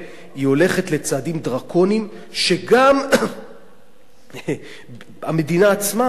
היא הולכת לצעדים דרקוניים שגם המדינה עצמה מודה,